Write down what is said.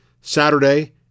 Saturday